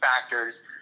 factors